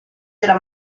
della